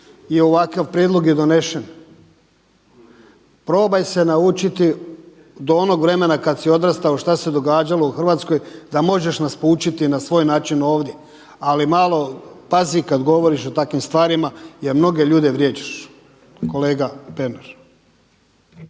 i ovakav prijedlog je donesen. Probaj se naučiti do onog vremena kad si odrastao šta se događalo u Hrvatskoj da možeš nas poučiti na svoj način ovdje. Ali malo pazi kad govoriš o takvim stvarima, jer mnoge ljude vrijeđaš kolega Pernar.